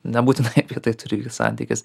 nebūtinai apie tai turi vykt santykis